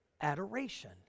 adoration